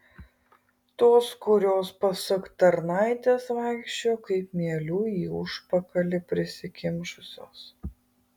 tos kurios pasak tarnaitės vaikščiojo kaip mielių į užpakalį prisikimšusios